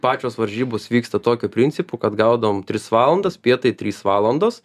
pačios varžybos vyksta tokiu principu kad gaudom tris valandas pietai trys valandos